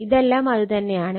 ഇതെല്ലാം അതു തന്നെയാണ്